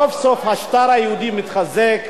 סוף-סוף השטר היהודי מתחזק,